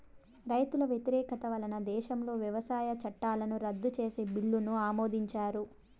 రైతుల వ్యతిరేకత వలన దేశంలో వ్యవసాయ చట్టాలను రద్దు చేసే బిల్లును ఆమోదించారు